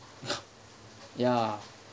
ya